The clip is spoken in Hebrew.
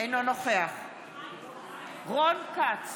אינו נוכח רון כץ,